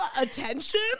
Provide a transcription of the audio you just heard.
attention